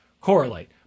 correlate